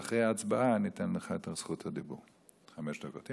אז אחרי ההצבעה ניתן לך את זכות הדיבור לחמש דקות.